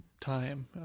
time